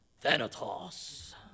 Thanatos